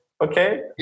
okay